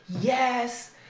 yes